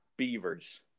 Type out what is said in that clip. beavers